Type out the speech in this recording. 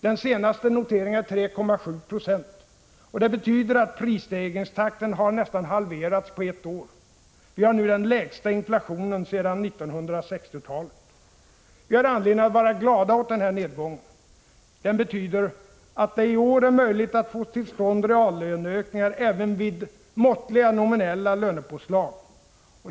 Den senaste noteringen är 3,7 20. Det betyder att prisstegringstakten har nästan halverats på ett år. Vi har nu den lägsta inflationen sedan 1960-talet. Vi har anledning att vara glada åt denna nedgång. Den betyder att det i år är möjligt att få till stånd reallöneökningar även vid måttliga nominella lönepåslag.